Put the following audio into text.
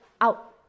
out